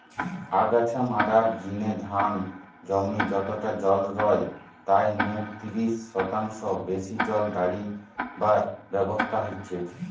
আগাছা মারার জিনে ধান জমি যতটা জল রয় তাই নু তিরিশ শতাংশ বেশি জল দাড়িবার ব্যবস্থা হিচে